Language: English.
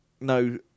no